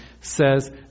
says